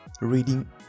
reading